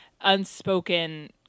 unspoken